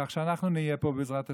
כך שאנחנו נהיה פה, בעזרת השם,